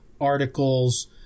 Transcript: articles